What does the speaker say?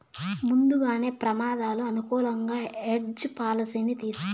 ముందుగానే ప్రమాదాలు అనుకూలంగా హెడ్జ్ పాలసీని తీసుకోవచ్చు